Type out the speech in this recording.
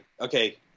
okay